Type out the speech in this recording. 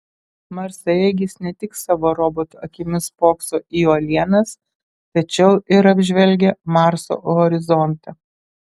marsaeigis ne tik savo roboto akimis spokso į uolienas tačiau ir apžvelgia marso horizontą